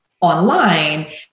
online